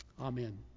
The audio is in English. Amen